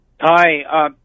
Hi